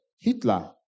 Hitler